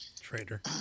Traitor